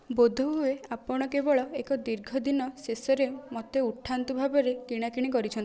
ବୋଧ ହୁଏ ଆପଣ କେବଳ ଏକ ଦୀର୍ଘ ଦିନ ଶେଷରେ ମୋତେ ଉଠାନ୍ତୁ ଭାବରେ କିଣା କିଣି କରିଛ